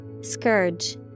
Scourge